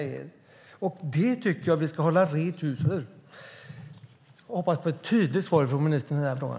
Jag tycker att vi ska hålla oss undan från det. Jag hoppas på ett tydligt svar från ministern i den frågan.